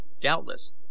Doubtless